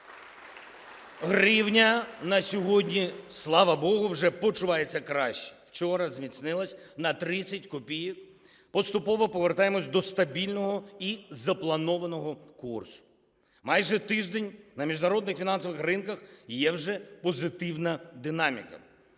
Гривня на сьогодні, слава богу, вже почувається краще, вчора зміцнилась на 30 копійок. Поступово повертаємося до стабільного і запланованого курсу. Майже тиждень на міжнародних фінансових ринках є вже позитивна динаміка,